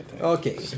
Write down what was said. Okay